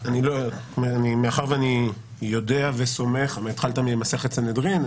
מאחר שאני יודע וסומך והתחלת ממסכת סנהדרין,